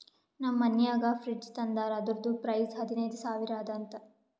ನಮ್ ಮನ್ಯಾಗ ಫ್ರಿಡ್ಜ್ ತಂದಾರ್ ಅದುರ್ದು ಪ್ರೈಸ್ ಹದಿನೈದು ಸಾವಿರ ಅದ ಅಂತ